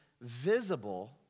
visible